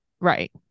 Right